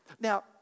Now